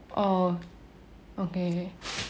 oh okay